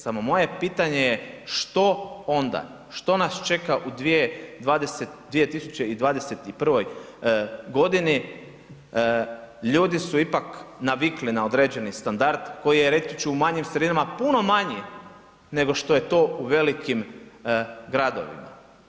Samo moje pitanje je što onda, što nas čeka u 2021. godini, ljudi su ipak navikli na određeni standard koji je reći ću manjim sredinama puno manje nego što je to u velikim gradovima.